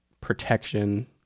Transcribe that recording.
protection